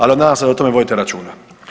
Ali nadam se da o tome vodite računa.